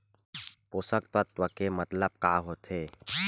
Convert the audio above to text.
पोषक तत्व के मतलब का होथे?